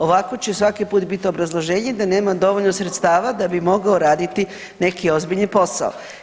Ovako će svaki put bit obrazloženje da nema dovoljno sredstava da bi mogao raditi neki ozbiljni posao.